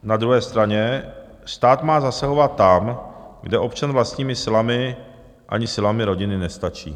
Na druhé straně stát má zasahovat tam, kde občan vlastními silami, ani silami rodiny nestačí.